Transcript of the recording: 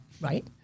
Right